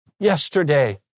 yesterday